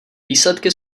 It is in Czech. výsledky